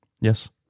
Yes